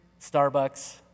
Starbucks